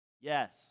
Yes